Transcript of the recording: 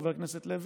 חבר הכנסת לוי.